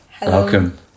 Welcome